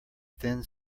thin